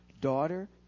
Daughter